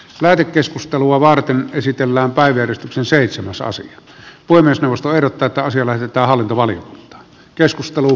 lähetekeskustelua varten esitellään parker sen seitsemäsosan voi myös vastaehdokkaita puhemiesneuvosto ehdottaa että asia lähetetään hallintovaliokuntaan